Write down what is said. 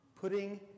putting